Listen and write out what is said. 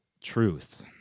truth